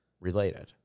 related